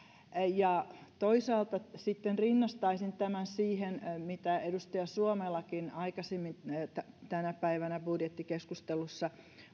toisaalta sitten rinnastaisin tämän siihen mitä edustaja suomelakin aikaisemmin tänä päivänä budjettikeskustelussa